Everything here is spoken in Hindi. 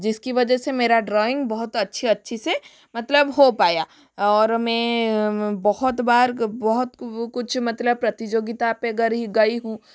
जिसकी वजह से मेरा ड्रॉइंग बहुत अच्छे अच्छे से मतलब हो पाया और में बहुत बार बहुत वह कुछ मतलब प्रतियोगिता पर गरी गई हूँ